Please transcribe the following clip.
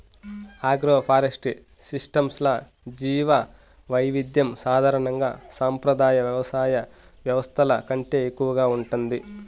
agroforestry సిస్టమ్స్లో జీవవైవిధ్యం సాధారణంగా సంప్రదాయ వ్యవసాయ వ్యవస్థల కంటే ఎక్కువగా ఉంటుంది